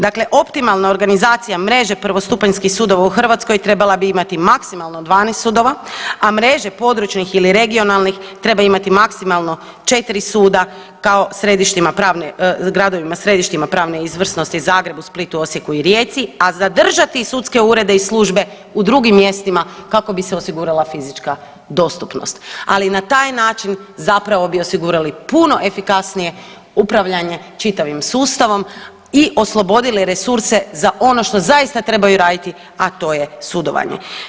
Dakle, optimalna organizacija mreže prvostupanjskih sudova u Hrvatskoj trebala bi imati maksimalno 12 sudova, a mreže područnih ili regionalnih treba imati maksimalno 4 suda kao gradovima središtima pravne izvrsnosti Zagrebu, Splitu, Osijeku i Rijeci, a zadržati sudske urede i službe u drugim mjestima kako bi se osigurala fizička dostupnost, ali i na taj način zapravo bi osigurali puno efikasnije upravljanje čitavim sustavom i oslobodili resurse za ono što zaista trebaju raditi, a to je sudovanje.